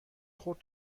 خورد